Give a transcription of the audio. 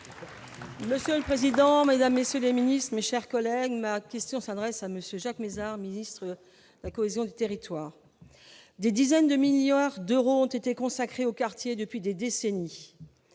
Le seul président, Mesdames, messieurs les ministres, mes chers collègues, ma question s'adresse à monsieur Jacques Mézard ministre la cohésion du territoire, des dizaines de Millau d'euros ont été consacrés aux quartiers depuis des décennies,